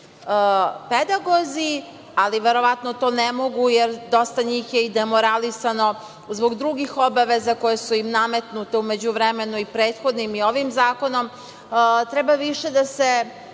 pedagozi, ali verovatno ne mogu jer dosta njih je demoralisano zbog drugih obaveza koje su im nametnute ovim i prethodnim zakonom, treba više da se